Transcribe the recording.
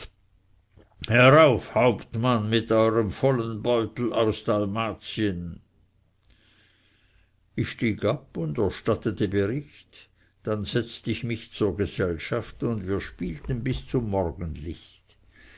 herauf hauptmann mit eurem vollen beutel aus dalmatien ich stieg ab und erstattete bericht dann setzt ich mich zur gesellschaft und wir spielten bis zum morgenlicht